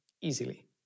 easily